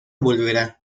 volverá